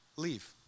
leave